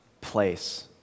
place